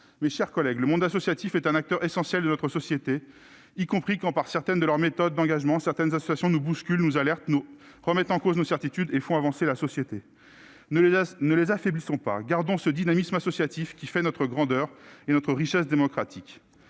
Mes chers collègues, le monde associatif est un acteur essentiel de notre société, y compris quand, par certaines de leurs méthodes d'engagement, certaines associations nous bousculent, nous alertent, remettent en cause nos certitudes et font avancer la société. Ne les affaiblissons pas. Gardons ce dynamisme associatif qui fait notre grandeur et notre richesse démocratique.